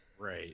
right